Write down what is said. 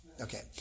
Okay